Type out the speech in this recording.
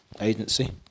Agency